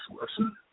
listen